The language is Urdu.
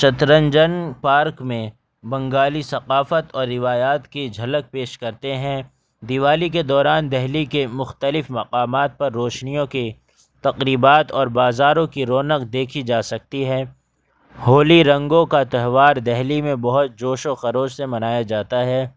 چترنجن پارک میں بنگالی ثقافت اور روایات کی جھلک پیش کرتے ہیں دیوالی کے دوران دہلی کے مختلف مقامات پر روشنیوں کے تقریبات اور بازاروں کی رونق دیکھی جا سکتی ہے ہولی رنگوں کا تہوار دہلی میں بہت جوش و خروش سے منایا جاتا ہے